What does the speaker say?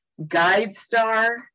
GuideStar